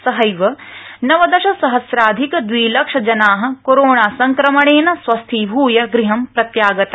सहैव नवदशसहस्राधिक दवि लक्ष जना कोरोणा संक्रमणेन स्वस्थीभूय गृहं प्रत्यागता